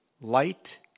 light